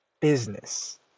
Business